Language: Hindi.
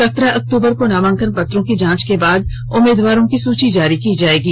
सत्रह अक्टूबर को नामांकन पत्रों की जांच के बाद उम्मीदवारों की सूची जारी की जाएगी